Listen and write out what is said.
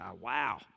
Wow